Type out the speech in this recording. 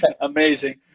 Amazing